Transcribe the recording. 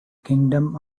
kingdom